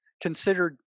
considered